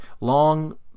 long